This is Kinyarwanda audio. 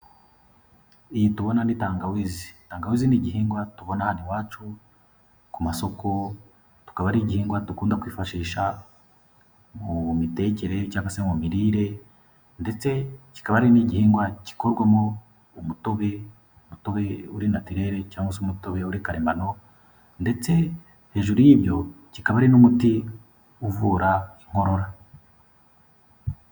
Iyi tubona ni tangawizi, tangawizi ni igihingwa tubona hano iwacu ku masoko, tukaba ari igihingwa dukunda kwifashisha mu mitekere cyangwa se mu mirire ndetse kikaba ari n'igihingwa gikorwamo umutobe, umutobeye uri natirere cyangwa se umutobe uri karemano ndetse hejuru y'ibyo kikaba ari n'umuti uvura inkorora.